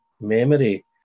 memory